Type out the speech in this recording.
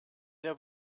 der